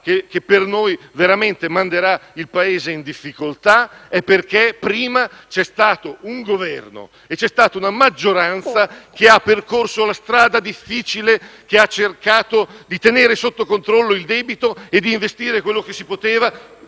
che per noi veramente manderà il Paese in difficoltà è perché prima ci sono stati un Governo e una maggioranza che hanno percorso la strada difficile e che hanno cercato di tenere sotto controllo il debito e di appostare quello che si poteva